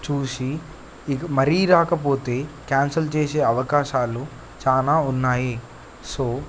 చూసి ఇ మరీ రాకపోతే కాన్సెల్ చేసే అవకాశాలు చాలా ఉన్నాయి సో